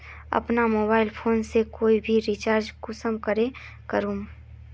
अपना mobile phone से कोई भी रिचार्ज कुंसम करे करूम?